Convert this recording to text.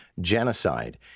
genocide